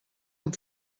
amb